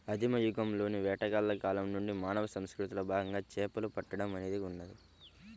ఆదిమ యుగంలోని వేటగాళ్ల కాలం నుండి మానవ సంస్కృతిలో భాగంగా చేపలు పట్టడం అనేది ఉన్నది